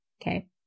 okay